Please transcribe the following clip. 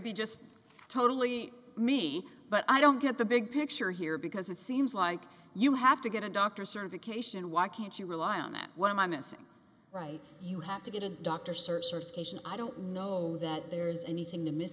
be just totally me but i don't get the big picture here because it seems like you have to get a doctor certification why can't you rely on that what am i missing right you have to get a doctor certification i don't know that there's anything amiss